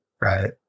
right